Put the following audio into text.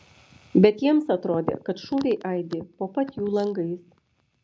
bet jiems atrodė kad šūviai aidi po pat jų langais